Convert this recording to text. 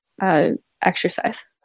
exercise